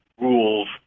rules